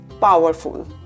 powerful